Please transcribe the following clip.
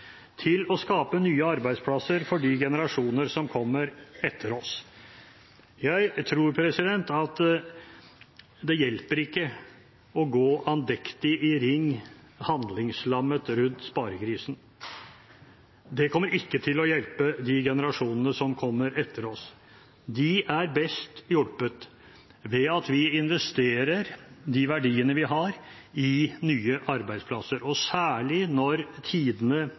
til å skape nye arbeidsplasser for de generasjoner som kommer etter oss. Jeg tror ikke at det hjelper å gå andektig i ring – handlingslammet – rundt sparegrisen. Det kommer ikke til å hjelpe de generasjonene som kommer etter oss. De er best hjulpet ved at vi investerer de verdiene vi har, i nye arbeidsplasser, og særlig når tidene